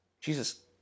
Jesus